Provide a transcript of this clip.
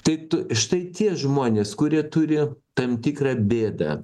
tai tu štai tie žmonės kurie turi tam tikrą bėdą